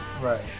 Right